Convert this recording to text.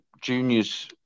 juniors